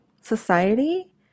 society